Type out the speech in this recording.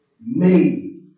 made